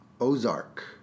Ozark